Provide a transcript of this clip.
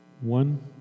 One